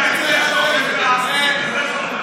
התמימות שלך.